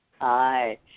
Hi